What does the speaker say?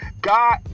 God